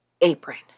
apron